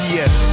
Yes